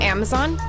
Amazon